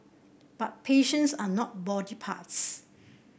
but patients are not body parts